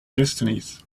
destinies